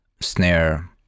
snare